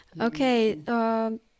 Okay